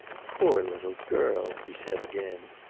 poor little girl! he said again.